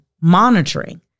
monitoring